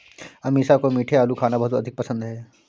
अमीषा को मीठे आलू खाना बहुत अधिक पसंद है